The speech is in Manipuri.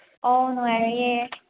ꯑꯣ ꯅꯨꯡꯉꯥꯏꯔꯤꯌꯦ